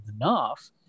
enough